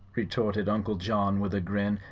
retorted uncle john, with a grin,